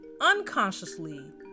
unconsciously